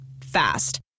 Fast